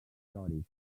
pictòric